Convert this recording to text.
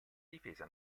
difesa